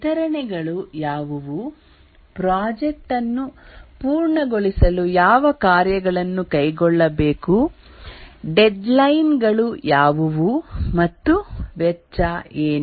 ವಿತರಣೆಗಳು ಯಾವುವು ಪ್ರಾಜೆಕ್ಟ್ ಅನ್ನು ಪೂರ್ಣಗೊಳಿಸಲು ಯಾವ ಕಾರ್ಯಗಳನ್ನು ಕೈಗೊಳ್ಳಬೇಕು ಡೆಡ್ ಲೈನ್ ಗಳು ಯಾವುವು ಮತ್ತು ವೆಚ್ಚ ಏನು